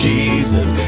Jesus